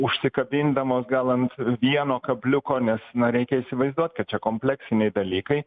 užsikabindamos gal ant vieno kabliuko nes na reikia įsivaizduot kad čia kompleksiniai dalykai